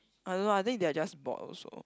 I don't know I think they are just bored also